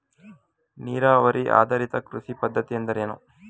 ನೀರಾವರಿ ಆಧಾರಿತ ಕೃಷಿ ಪದ್ಧತಿ ಎಂದರೇನು?